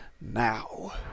now